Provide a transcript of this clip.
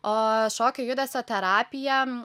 o šokio judesio terapija